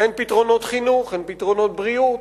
אין פתרונות חינוך, אין פתרונות בריאות.